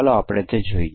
તો આપણે આ કેવી રીતે કરીએ